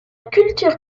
culture